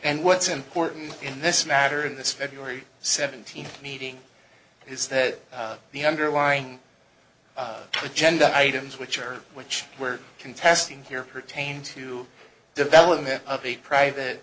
and what's important in this matter in this february seventeenth meeting is that the underlying genda i didn't which are which were contesting here pertain to development of a private